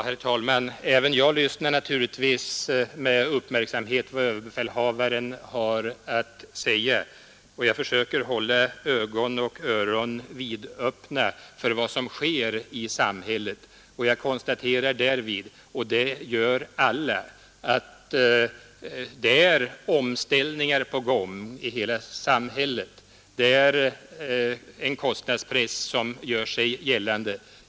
Herr talman! Naturligtvis lyssnar även jag med uppmärksamhet på vad överbefälhavaren har att säga, och jag försöker hålla ögon och öron vidöppna för vad som sker i samhället. Jag liksom alla konstaterar därvid att omställningar är på gång i hela samhället. Det är en kostnadspress som gör sig gällande.